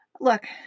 look